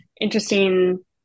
interesting